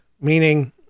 Meaning